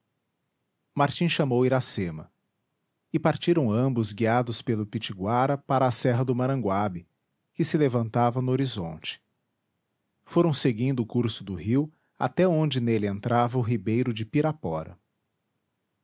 martim chamou iracema e partiram ambos guiados pelo pitiguara para a serra do maranguab que se levantava no horizonte foram seguindo o curso do rio até onde nele entrava o ribeiro de pirapora